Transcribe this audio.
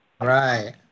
Right